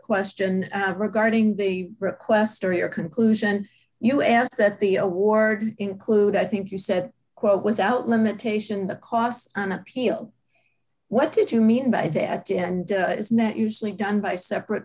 question regarding the request earlier conclusion you asked that the award include i think you said quote without limitation the cost on appeal what did you mean by that and is not usually done by separate